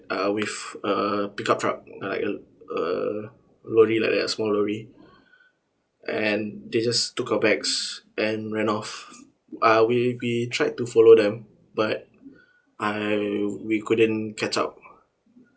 uh with a pick up truck like a a lorry like that a small lorry and they just took our bags and ran off uh we be tried to follow them but I we couldn't catch up